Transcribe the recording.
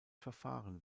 verfahren